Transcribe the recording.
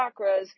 chakras